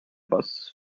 was